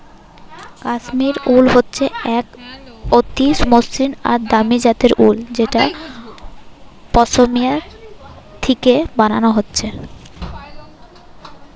কাশ্মীর উল হচ্ছে এক অতি মসৃণ আর দামি জাতের উল যেটা পশমিনা থিকে বানানা হচ্ছে